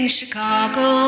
Chicago